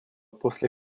после